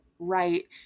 right